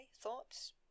thoughts